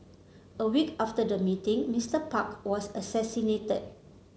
a week after the meeting Mister Park was assassinated